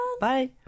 Bye